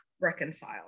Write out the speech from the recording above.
reconcile